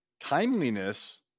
timeliness